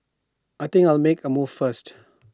I think I'll make A move first